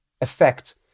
effect